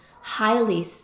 highly